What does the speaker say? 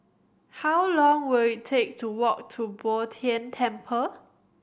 how long will it take to walk to Bo Tien Temple